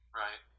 right